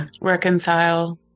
reconcile